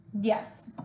Yes